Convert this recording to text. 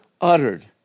uttered